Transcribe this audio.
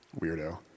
Weirdo